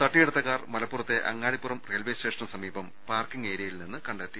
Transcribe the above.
തട്ടിയെടുത്ത കാർ മലപ്പുറത്തെ അങ്ങാടിപ്പുറം റെയിൽവെ സ്റ്റേഷനു സമ്പീപം പാർക്കിംഗ് ഏരിയയിൽ നിന്ന് കണ്ടെത്തി